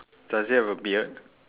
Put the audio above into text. does he have a beard